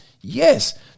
Yes